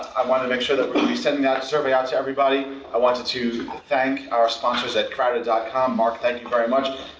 i want to make sure that we'd be sending that survey out to everybody. i wanted to ah thank our sponsors at crowded ah com. mark, thank you very much.